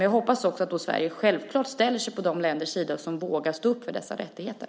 Jag hoppas att Sverige självklart ställer sig på samma sida som de länder som vågar stå upp för dessa rättigheter.